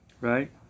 right